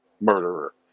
murderer